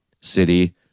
city